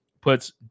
puts